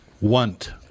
Want